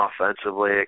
offensively